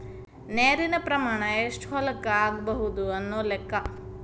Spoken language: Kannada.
ನೇರಿನ ಪ್ರಮಾಣಾ ಎಷ್ಟ ಹೊಲಕ್ಕ ಆಗಬಹುದು ಅನ್ನು ಲೆಕ್ಕಾ